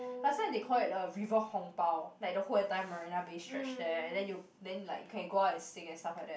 last time they call it the river hong-bao like the whole entire Marina-Bay stretch there and then you then like can go out and sing and stuff like that